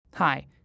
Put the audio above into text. Hi